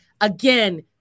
again